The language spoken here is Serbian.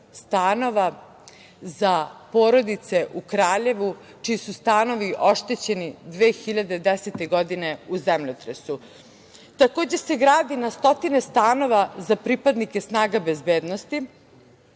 stanova za porodice u Kraljevu čiji su stanovi oštećeni 2010. godine u zemljotresu. Takođe se gradi na stotine stanova za pripadnike snaga bezbednosti,